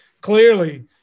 clearly